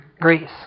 Greece